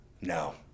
No